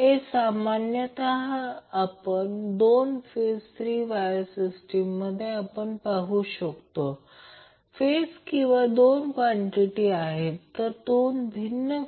आता समीकरण 2 पासून म्हणून ω √22 L C R2 C2 असे लिहिणे सुलभ करू शकते मग या समीकरणातून आता